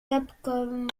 capcom